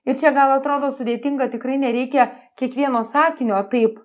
ir čia gal atrodo sudėtinga tikrai nereikia kiekvieno sakinio taip